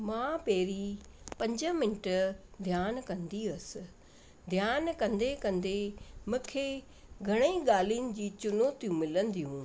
मां पहिरीं पंज मिंट ध्यानु कंदी हुअसि ध्यानु कंदे कंदे मूंखे घणे ई ॻाल्हियुनि जी चुनौतियूं मिलंदियूं हुयूं